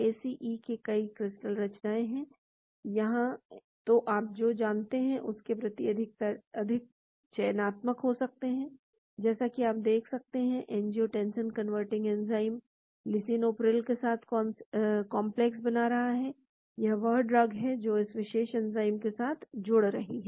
ACE के कई कई क्रिस्टल संरचनाएं यहां हैं तो आप जो चाहते हैं उसके प्रति अधिक चयनात्मक हो सकते हैं जैसा कि आप देख सकते हैं एंजियोटेनसिन कन्वर्टिंग एंजाइम लिसिनोप्रिल के साथ काम्प्लेक्स बना रहा है यह वह ड्रग है जो इस विशेष एंजाइम के साथ जोड़ रही है